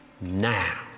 now